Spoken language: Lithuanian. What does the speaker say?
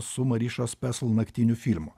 su marišos pesl naktiniu filmu